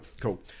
cool